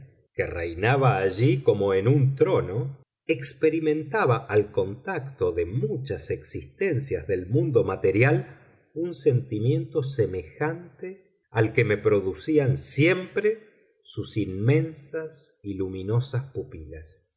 que reinaba allí como en un trono experimentaba al contacto de muchas existencias del mundo material un sentimiento semejante al que me producían siempre sus inmensas y luminosas pupilas